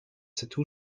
tattoo